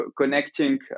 connecting